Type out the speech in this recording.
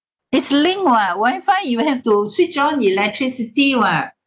is linked [what] wifi you have to switch on electricity [what]